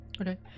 Okay